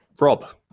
Rob